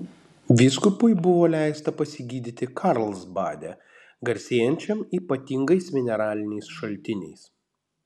vyskupui buvo leista pasigydyti karlsbade garsėjančiam ypatingais mineraliniais šaltiniais